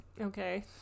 Okay